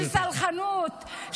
של סלחנות,